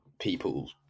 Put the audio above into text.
people